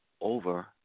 over